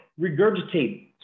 regurgitate